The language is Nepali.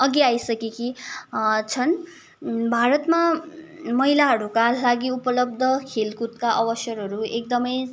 अगि आइसकेकी छन् भारतमा महिलाहरूका लागि उपलब्द खेलकुदका अवसरहरू एकदमै